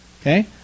Okay